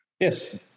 Yes